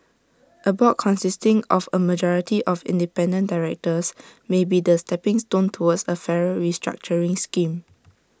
A board consisting of A majority of independent directors may be the stepping stone towards A fairer restructuring scheme